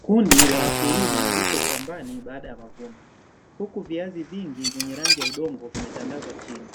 Kundi la wakulima liko shambani baada ya mavuno, huku viazi vingi vyenye rangi ya udongo vimetandazwa chini